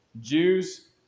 Jews